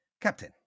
Captain